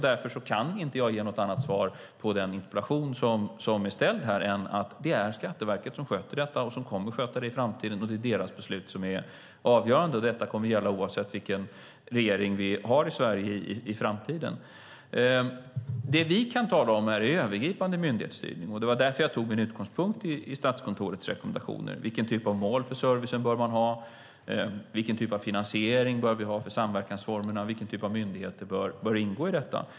Därför kan jag inte ge något annat svar på denna interpellation än att det är Skatteverket som sköter detta och som kommer att sköta det i framtiden, och det är Skatteverkets beslut som är avgörande. Det kommer att gälla oavsett vilken regering vi har i Sverige i framtiden. Det vi kan tala om här är övergripande myndighetsstyrning. Det var därför jag tog min utgångspunkt i Statskontorets rekommendationer: Vilken typ av mål för servicen bör man ha, vilken typ av finansiering bör vi ha för samverkansformerna och vilken typ av myndigheter bör ingå i detta?